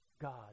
God